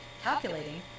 calculating